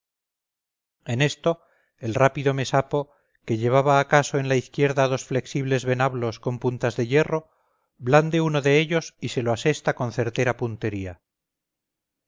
en esto el rápido mesapo que llevaba acaso en la izquierda dos flexibles venablos con puntas de hierro blande uno de ellos y se lo asesta con certera puntería